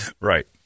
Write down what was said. Right